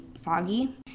foggy